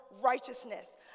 righteousness